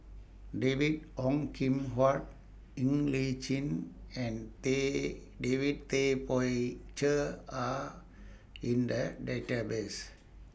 David Ong Kim Huat Ng Li Chin and David Tay Poey Cher Are in The Database